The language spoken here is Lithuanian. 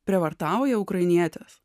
prievartauja ukrainietes